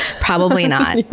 probably not, but